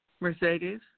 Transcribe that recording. Mercedes